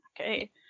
Okay